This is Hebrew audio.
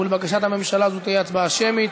ולבקשת הממשלה זו תהיה הצבעה שמית.